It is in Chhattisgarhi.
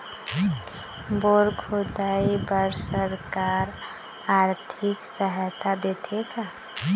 बोर खोदाई बर सरकार आरथिक सहायता देथे का?